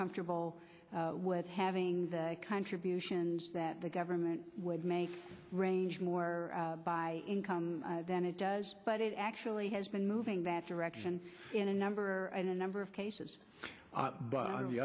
comfortable with having the contributions that the government would make range more by income than it does but it actually has been moving that direction in a number in a number of cases but on the